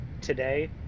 today